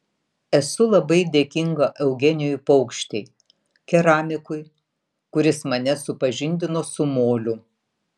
esu labai dėkinga eugenijui paukštei keramikui kuris mane supažindino su moliu